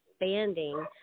expanding